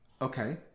Okay